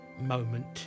moment